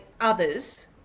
others